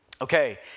Okay